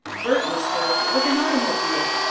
bert was served with an automobile,